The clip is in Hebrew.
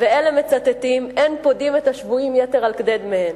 ואלה מצטטים "אין פודין את השבויים יתר על כדי דמיהן",